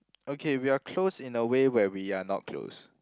okay we are close in a way where we are not close